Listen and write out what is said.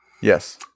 Yes